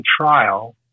trial